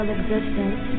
existence